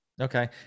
Okay